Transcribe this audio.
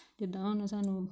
ਜਿੱਦਾਂ ਆਹ ਹੁਣ ਸਾਨੂੰ